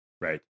right